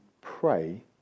pray